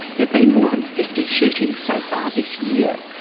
there've been more than fifty shootings so far this year,